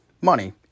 money